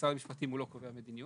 משרד המשפטים הוא לא קובע מדיניות.